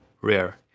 rare